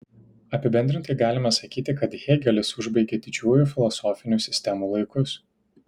apibendrintai galime sakyti kad hėgelis užbaigė didžiųjų filosofinių sistemų laikus